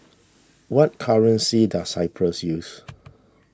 what currency does Cyprus use